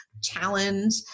challenge